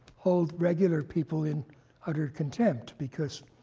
hold regular people in utter contempt because